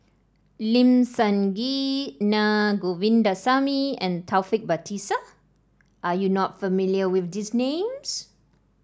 Lim Sun Gee Naa Govindasamy and Taufik Batisah You are not familiar with these names